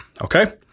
Okay